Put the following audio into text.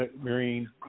Marine